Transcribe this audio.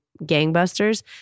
gangbusters